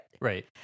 right